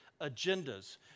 agendas